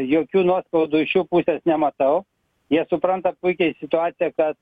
jokių nuoskaudų iš jų pusės nematau jie supranta puikiai situaciją kad